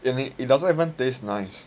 in the it doesn't even taste nice